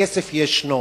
הכסף ישנו.